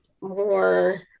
more